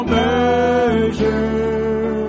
measure